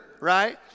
right